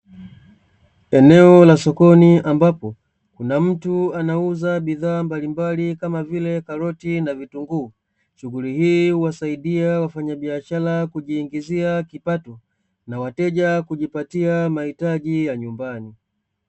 Eneo la sokoni ambapo kuna mtu anauza bidhaa mbalimbali kama vile karoti na vitunguu. Shughuli hii huwasaidia wafanya biashara kujiingizia kipato na wateja kujipatia mahitaji ya nyumbani.